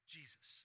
Jesus